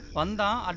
and